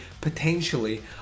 potentially